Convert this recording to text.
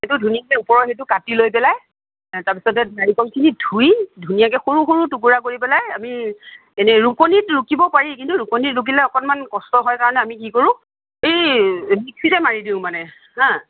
সেইটো ধুনীয়াকৈ ওপৰৰ হেৰীটো কাটি লৈ পেলাই তাৰপিছতে নাৰিকলখিনি ধুই ধুনীয়াকৈ সৰু সৰু টোকোৰা কৰি পেলাই আমি এনেই ৰুকনীত ৰুকিব পাৰি কিন্তু ৰুকনীত ৰুকিলে অকণমান কষ্ট হয় কাৰণে আমি কি কৰোঁ এই মিক্সিতে মাৰি দিওঁ মানে হাঁ